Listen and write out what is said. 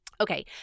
Okay